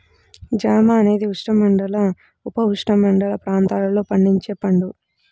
జామ అనేది ఉష్ణమండల, ఉపఉష్ణమండల ప్రాంతాలలో పండించే పండు